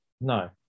no